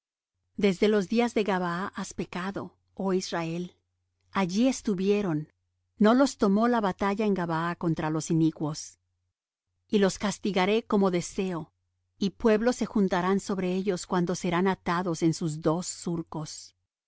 desde los días de gabaa has pecado oh israel allí estuvieron no los tomó la batalla en gabaa contra los inicuos y los castigaré como deseo y pueblos se juntarán sobre ellos cuando serán atados en sus dos surcos